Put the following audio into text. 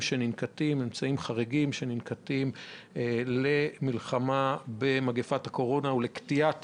חריגים שננקטים במלחמה בקורונה וקטיעת